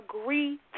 agree